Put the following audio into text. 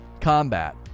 combat